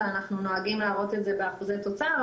ואנחנו נוהגים להראות את זה באחוזי תוצר,